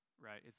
right